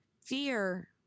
Fear